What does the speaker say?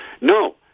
No